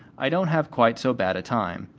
i don't have quite so bad a time.